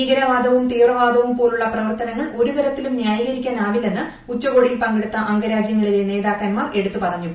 ഭീകരവാദവും തീവ്രവാദവും പോലുള്ള പ്രവർത്തനങ്ങൾ ഒരു തരത്തിലും ന്യായീകരിക്കാനാവില്ലെന്ന് ഉച്ചകോടിയിൽ പങ്കെടുത്ത അംഗരാജൃങ്ങളിലെ നേതാക്കന്മാർ എടുത്തുപറഞ്ഞു